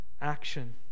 action